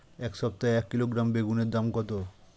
এই সপ্তাহে এক কিলোগ্রাম বেগুন এর দাম কত?